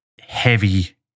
heavy